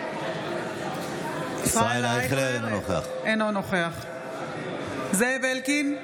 אינו נוכח זאב אלקין,